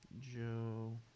Joe